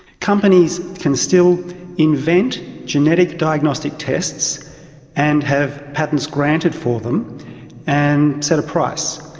companies can still invent genetic diagnostic tests and have patents granted for them and set a price.